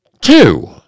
Two